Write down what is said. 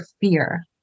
fear